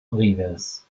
rivers